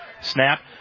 snap